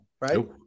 right